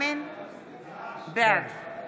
בעד